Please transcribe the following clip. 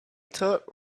took